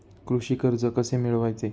कृषी कर्ज कसे मिळवायचे?